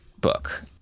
book